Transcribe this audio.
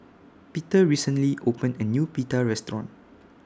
Peter recently opened A New Pita Restaurant